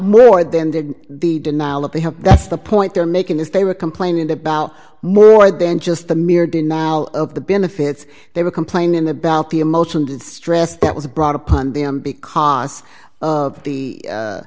more than did the denial that they have that's the point they're making is they were complaining about more than just the mere denial of the benefits they were complaining about the emotional distress that was brought upon them because of the